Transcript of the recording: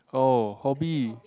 oh hobby